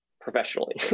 professionally